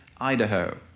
Idaho